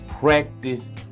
Practice